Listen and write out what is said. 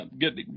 get